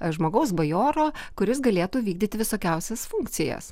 žmogaus bajoro kuris galėtų vykdyti visokiausias funkcijas